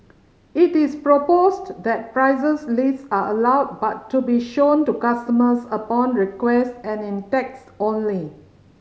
it is proposed that prices lists are allowed but to be shown to customers upon request and in text only